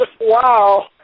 Wow